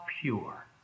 pure